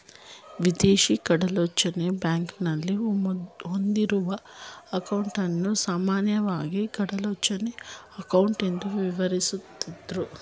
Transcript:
ವಿದೇಶಿ ಕಡಲಾಚೆಯ ಬ್ಯಾಂಕ್ನಲ್ಲಿ ಹೊಂದಿರುವ ಅಂಕೌಟನ್ನ ಸಾಮಾನ್ಯವಾಗಿ ಕಡಲಾಚೆಯ ಅಂಕೌಟ್ ಎಂದು ವಿವರಿಸುದ್ರು